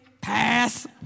Pass